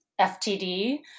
FTD